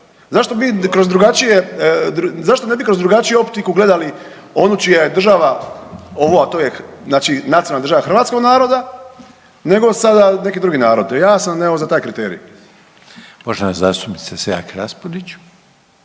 zašto ne bi kroz drugačiju optiku gledali onu čija je država ovu, a to je znači nacionalna država hrvatskog naroda nego sada neki drugi narod. Ja sam evo za taj kriterij. **Reiner, Željko